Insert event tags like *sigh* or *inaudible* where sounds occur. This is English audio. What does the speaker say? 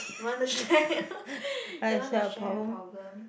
you want to share *laughs* you want to share problem